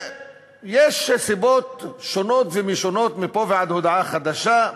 יש סיבות שונות ומשונות, מפה ועד הודעה חדשה.